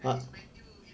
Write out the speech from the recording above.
ah